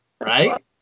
Right